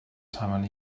time